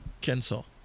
cancel